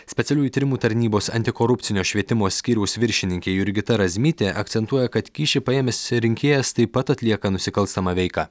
specialiųjų tyrimų tarnybos antikorupcinio švietimo skyriaus viršininkė jurgita razmytė akcentuoja kad kyšį paėmęs rinkėjas taip pat atlieka nusikalstamą veiką